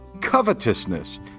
Covetousness